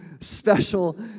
special